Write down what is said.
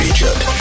Egypt